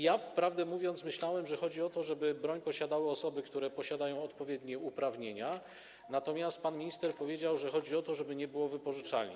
Ja, prawdę mówiąc, myślałem, że chodzi o to, żeby broń posiadały osoby, które posiadają odpowiednie uprawnienia, natomiast pan minister powiedział, że chodzi o to, żeby nie było wypożyczalni.